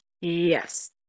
Yes